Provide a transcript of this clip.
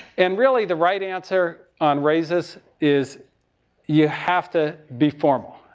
and really, the right answer on raises is you have to be formal.